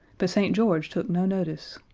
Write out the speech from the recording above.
but st. george took no notice.